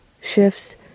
shifts